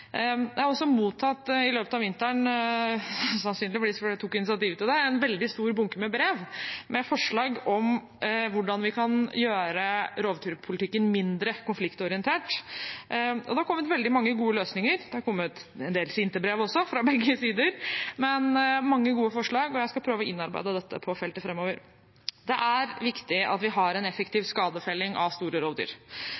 Jeg har også i løpet av vinteren mottatt, sannsynligvis fordi jeg tok initiativ til det, en veldig stor bunke med brev med forslag til hvordan vi kan gjøre rovdyrpolitikken mindre konfliktorientert, og det har kommet veldig mange gode forslag til løsninger. Det har kommet en del sinte brev også, fra begge sider, men mange gode forslag, og jeg skal prøve å innarbeide dette på feltet framover. Det er viktig at vi har en effektiv